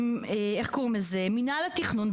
מינהל התכנון.